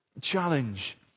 challenge